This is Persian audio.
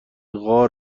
غار